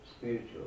spiritual